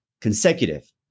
consecutive